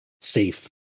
safe